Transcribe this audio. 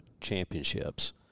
championships